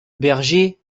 berger